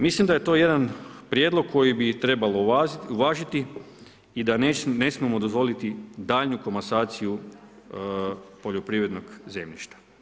Mislim da je to jedan prijedlog koji bi trebalo uvažiti i da ne smijemo dozvoliti daljnju komasaciju poljoprivrednog zemljišta.